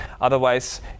Otherwise